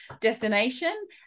destination